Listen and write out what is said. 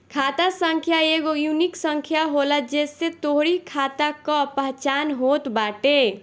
खाता संख्या एगो यूनिक संख्या होला जेसे तोहरी खाता कअ पहचान होत बाटे